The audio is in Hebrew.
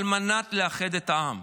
על מנת לאחד את העם.